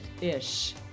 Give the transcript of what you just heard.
ish